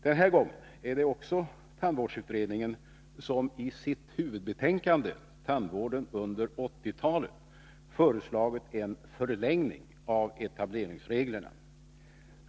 Den här gången är det också tandvårdsutredningen som i sitt huvudbetänkande, Tandvården under 80-talet, föreslagit en förlängning av etableringsreglerna.